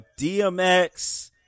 DMX